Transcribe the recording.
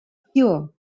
occur